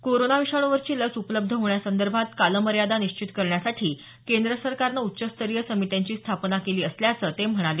corona विषाणूवरची लस उपलब्ध होण्यासंदर्भात कालमर्यादा निश्चित करण्यासाठी केंद्र सरकारनं उच्चस्तरीय समित्यांची स्थापना केली असल्याचं ते म्हणाले